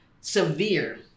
severe